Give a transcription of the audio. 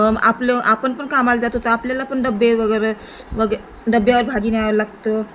आपलं आपण पण कामाला जातो तर आपल्याला पण डबे वगैरे वगे डब्यावर भाजी न्यावं लागतं